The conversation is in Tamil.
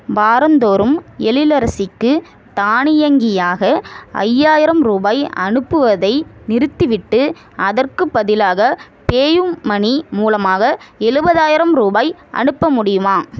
வாரந்தோறும் எழிலரசிக்கு தானியங்கியாக ஐயாயிரம் ரூபாய் அனுப்புவதை நிறுத்திவிட்டு அதற்கு பதிலாக பேயூமனி மூலமாக எழுபதாயிரம் ரூபாய் அனுப்ப முடியுமா